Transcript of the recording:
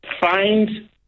Find